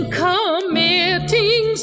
committing